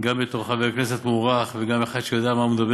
גם בתור חבר כנסת מוערך וגם בתור אחד שיודע על מה הוא מדבר,